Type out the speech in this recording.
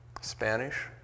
Spanish